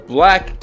Black